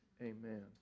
amen